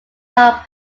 not